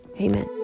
Amen